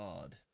God